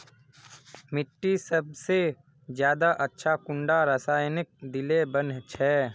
मिट्टी सबसे ज्यादा अच्छा कुंडा रासायनिक दिले बन छै?